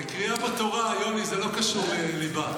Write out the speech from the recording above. זה קריאה בתורה, יוני, זה לא קשור לליבה.